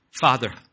Father